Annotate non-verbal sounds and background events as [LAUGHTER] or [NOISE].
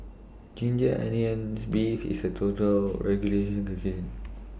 Ginger Onions Beef IS A [UNINTELLIGIBLE]